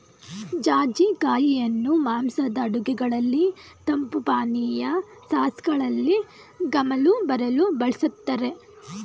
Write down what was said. ಜಾಜಿ ಕಾಯಿಯನ್ನು ಮಾಂಸದ ಅಡುಗೆಗಳಲ್ಲಿ, ತಂಪು ಪಾನೀಯ, ಸಾಸ್ಗಳಲ್ಲಿ ಗಮಲು ಬರಲು ಬಳ್ಸತ್ತರೆ